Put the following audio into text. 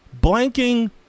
blanking